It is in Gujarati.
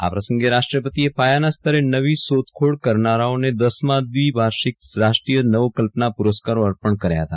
આ પ્રસંગે રાષ્ટ્રપતિએ પાયાના સ્તરે નવી શોધખોળ કરનારાઓને દસમા દ્વિવાર્ષિક રાષ્ટ્રીય નવકલ્પના પૂરસ્કારો અર્પણ કર્યા હતા